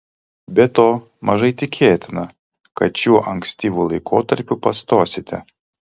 be to mažai tikėtina kad šiuo ankstyvu laikotarpiu pastosite